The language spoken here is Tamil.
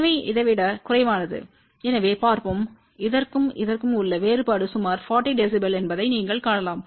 எனவே இதை விடக் குறைவானது எனவே பார்ப்போம் இதற்கும் இதற்கும் உள்ள வேறுபாடு சுமார் 40 dB என்பதை நீங்கள் காணலாம்